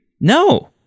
No